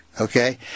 okay